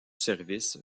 service